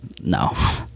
No